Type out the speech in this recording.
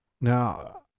Now